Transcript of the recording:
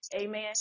Amen